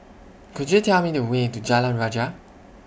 Could YOU Tell Me The Way to Jalan Rajah